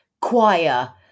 choir